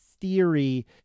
theory